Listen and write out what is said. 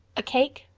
a cake,